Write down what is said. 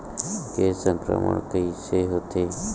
के संक्रमण कइसे होथे?